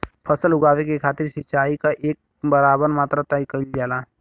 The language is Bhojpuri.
फसल उगावे के खातिर सिचाई क एक बराबर मात्रा तय कइल जाला